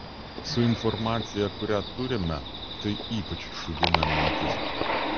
su informacija kurią turime tai ypač šūdina mintis